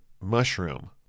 mushroom